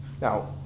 Now